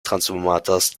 transformators